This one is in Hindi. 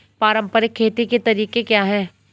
पारंपरिक खेती के तरीके क्या हैं?